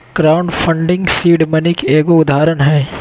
crowd funding seed money के एगो उदाहरण हय